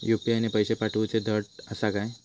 UPI ने पैशे पाठवूचे धड आसा काय?